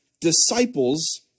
disciples